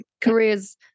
careers